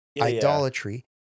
idolatry